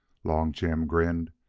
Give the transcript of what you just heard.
long jim grinned.